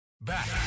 Back